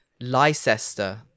Leicester